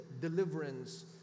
deliverance